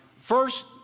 first